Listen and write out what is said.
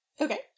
Okay